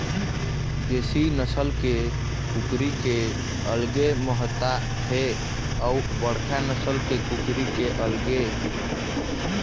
देशी नसल के कुकरी के अलगे महत्ता हे अउ बड़का नसल के कुकरी के अलगे